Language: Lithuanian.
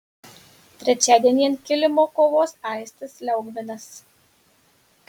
trečiadienį ant kilimo kovos aistis liaugminas